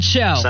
Show